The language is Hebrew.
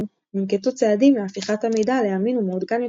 כן ננקטו צעדים להפיכת המידע לאמין ומעודכן יותר,